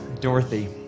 Dorothy